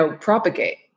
propagate